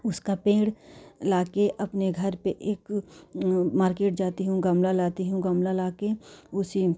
उसका पेड़ लाकर अपने घर पर एक मार्केट जाती हूँ गमला लाती हूँ गमला लाकर उसी